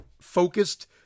focused